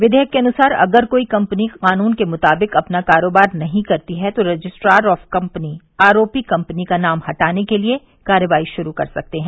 विधेयक के अनुसार अगर कोई कंपनी कानून के मुताबिक अपना कारोबार नहीं करती है तो रजिस्ट्रार ऑफ कंपनी आरोपी कंपनी का नाम हटाने के लिए कार्रवाई शुरू कर सकते हैं